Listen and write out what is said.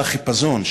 והחיפזון,